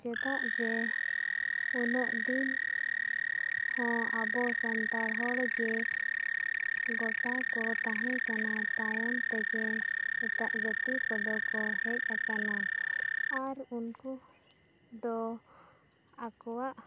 ᱪᱮᱫᱟᱜ ᱡᱮ ᱩᱱᱟᱹᱜ ᱫᱤᱱ ᱦᱚᱸ ᱟᱵᱚ ᱥᱟᱱᱛᱟᱲ ᱦᱚᱲ ᱜᱮ ᱜᱚᱴᱟ ᱠᱚ ᱛᱟᱦᱮᱸ ᱠᱟᱱᱟ ᱛᱟᱭᱚᱢ ᱛᱮᱜᱮ ᱮᱴᱟᱜ ᱡᱟᱹᱛᱤ ᱠᱚᱫᱚ ᱠᱚ ᱦᱮᱡ ᱟᱠᱟᱱᱟ ᱟᱨ ᱩᱱᱠᱩ ᱫᱚ ᱟᱠᱚᱣᱟᱜ